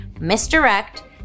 misdirect